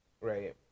Right